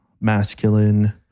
masculine